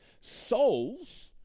souls